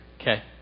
Okay